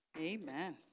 Amen